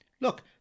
look